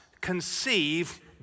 conceive